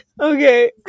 okay